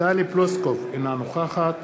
טלי פלוסקוב, אינה נוכחת